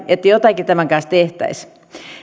että jotakin tämän kanssa tehtäisiin